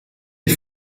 est